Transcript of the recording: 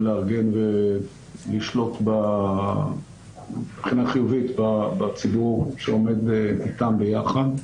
לארגן ולשלוט מבחינה חיובית בציבור שעומד איתם ביחד.